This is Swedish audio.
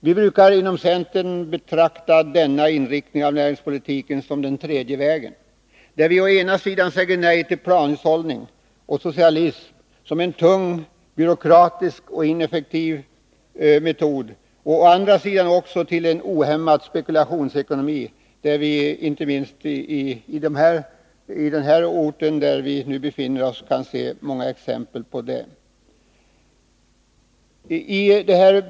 Vi brukar inom centern betrakta denna inriktning av näringspolitiken som den tredje vägen. Vi säger där å ena sidan nej till planhushållning och socialism, som är en tung, byråkratisk och ineffektiv metod, och å andra sidan också till en ohämmad spekulationsekonomi. Vi kan inte minst på den ort som vi nu befinner oss på hämta många exempel på nackdelarna med en sådan.